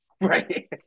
right